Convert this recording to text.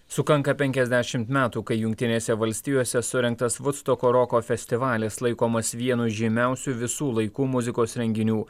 sukanka penkiasdešimt metų kai jungtinėse valstijose surengtas vudstoko roko festivalis laikomas vienu žymiausių visų laikų muzikos renginių